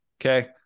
Okay